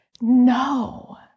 No